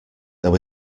there